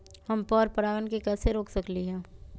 हम पर परागण के कैसे रोक सकली ह?